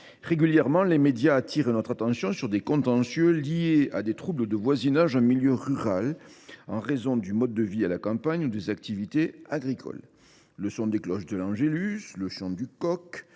régulièrement, les médias attirent notre attention sur des contentieux liés à des troubles de voisinage en milieu rural, en raison du mode de vie à la campagne ou des activités agricoles. Le son des cloches de l’angélus, le chant du coq,